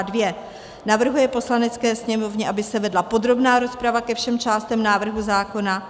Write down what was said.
II. Navrhuje Poslanecké sněmovně, aby se vedla podrobná rozprava ke všem částem návrhu zákona.